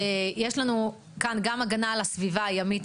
יש לנו כאן גם הגנה על הסביבה הימית,